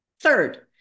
Third